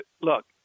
Look